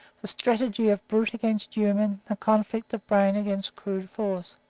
the strategy of brute against human, the conflict of brain against crude force.